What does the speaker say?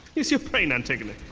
use your brain, antigone!